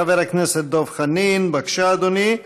חבר הכנסת דב חנין, בבקשה, אדוני,